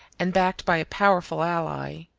and backed by a powerful ally,